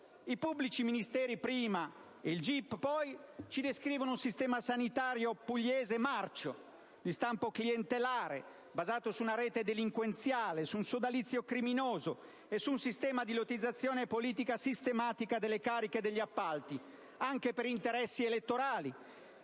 I pubblici ministeri, prima, e il GIP, poi, descrivono un sistema sanitario pugliese marcio, di stampo clientelare, basato su una rete delinquenziale, su un sodalizio criminoso e su un sistema di lottizzazione politica sistematica delle cariche e degli appalti anche per interessi elettorali.